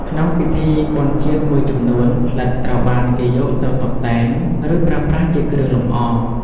ក្នុងពិធីបុណ្យជាតិមួយចំនួន ផ្លិតត្រូវបានគេយកទៅតុបតែង ឬប្រើប្រាស់ជាគ្រឿងលម្អ។